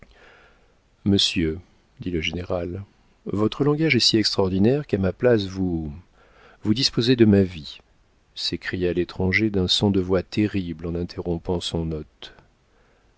monsieur dit le général votre langage est si extraordinaire qu'à ma place vous vous disposez de ma vie s'écria l'étranger d'un son de voix terrible en interrompant son hôte